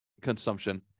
consumption